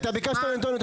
אני מבקש את הנתונים.